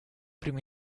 primo